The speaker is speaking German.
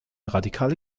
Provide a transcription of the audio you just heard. radikale